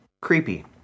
creepy